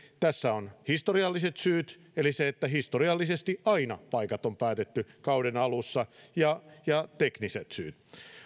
tässä ovat historialliset syyt eli se että historiallisesti aina paikat on päätetty kauden alussa ja ja tekniset syyt